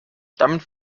damit